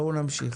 בואו נמשיך.